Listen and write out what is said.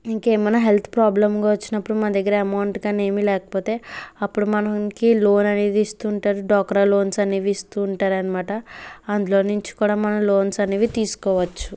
ఇంకేమైనా హెల్త్ ప్రాబ్లంగా వచ్చినప్పుడు మన దగ్గర అమౌంట్ కానీ ఏమీ లేకపోతే అప్పుడు మనకి లోన్ అనేది ఇస్తుంటారు డ్వాక్రా లోన్స్ అనేవి ఇస్తుంటారు అన్నమాట అందులో నుంచి కూడా మనం లోన్స్ అనేది తీసుకోవచ్చు